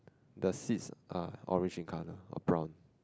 the seats are orange in colour or brown